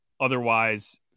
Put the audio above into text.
otherwise